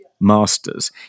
masters